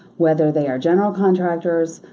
whether they are general contractors,